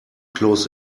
kloß